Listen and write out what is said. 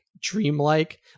dreamlike